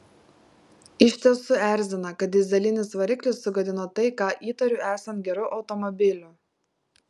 iš tiesų erzina kad dyzelinis variklis sugadino tai ką įtariu esant geru automobiliu